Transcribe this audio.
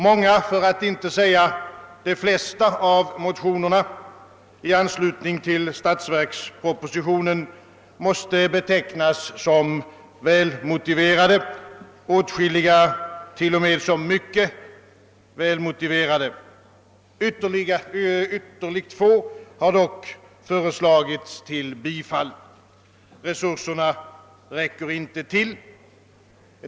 Många, för att inte säga de flesta, av motionerna i anslutning till statsverkspropositionen måste betecknas som välmotiverade, åtskilliga t.o.m. som mycket välmotiverade. Ytterligt få har dock föreslagits till bifall. Resurserna räcker inte till.